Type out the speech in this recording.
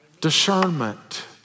Discernment